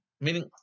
meaning